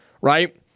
right